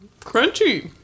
Crunchy